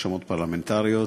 רשמות פרלמנטריות,